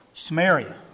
Samaria